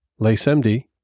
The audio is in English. LaceMD